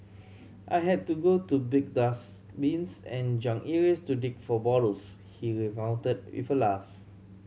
I had to go to big dustbins and junk areas to dig for bottles he recounted with a laugh